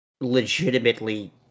legitimately